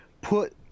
put